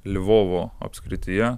lvovo apskrityje